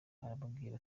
arababwira